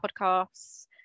podcasts